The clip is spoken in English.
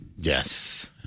Yes